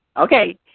Okay